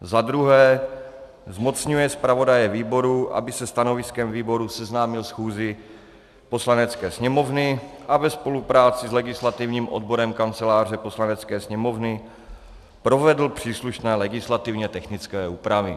Za druhé zmocňuje zpravodaje výboru, aby se stanoviskem výboru seznámil schůzi Poslanecké sněmovny a ve spolupráci s legislativním odborem Kanceláře Poslanecké sněmovny provedl příslušné legislativně technické úpravy.